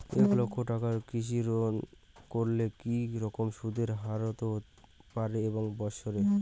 এক লক্ষ টাকার কৃষি ঋণ করলে কি রকম সুদের হারহতে পারে এক বৎসরে?